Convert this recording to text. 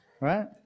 right